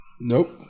Nope